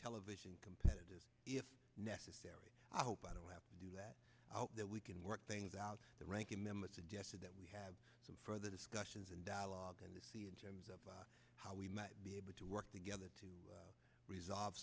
television competitors if necessary i hope i don't have to do that i hope that we can work things out the ranking member suggested that we have some further discussions and dialogue in the sea in terms of how we might be able to work together to resolve